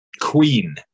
queen